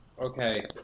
Okay